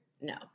No